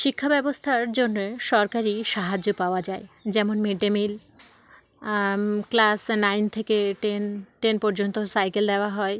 শিক্ষা ব্যবস্থার জন্য সরকারি সাহায্য পাওয়া যায় যেমন mid day meal class nine থেকে টেন টেন পর্যন্ত সাইকেল দেওয়া হয়